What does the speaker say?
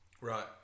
Right